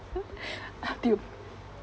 ah